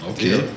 Okay